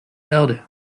erde